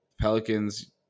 Pelicans